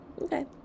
Okay